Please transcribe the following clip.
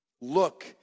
Look